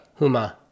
Huma